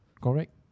Correct